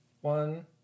One